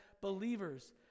believers